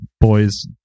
boys